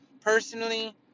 personally